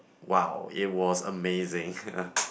!wow! it was amazing